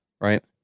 Right